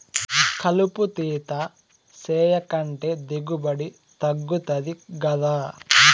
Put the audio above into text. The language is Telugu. కలుపు తీత సేయకంటే దిగుబడి తగ్గుతది గదా